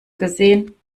gesehen